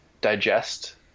digest